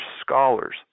scholars